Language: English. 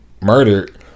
murdered